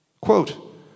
Quote